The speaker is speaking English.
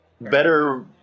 better